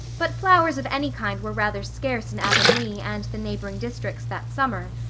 but flowers of any kind were rather scarce in avonlea and the neighboring districts that summer,